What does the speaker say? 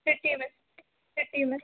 छुट्टी में छुट्टी में